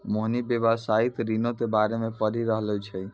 मोहिनी व्यवसायिक ऋणो के बारे मे पढ़ि रहलो छै